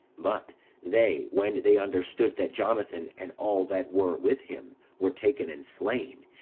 but they, when they understood that jonathan, and all that were with him, were taken and slain,